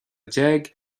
déag